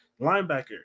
Linebacker